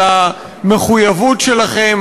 על המחויבות שלכם,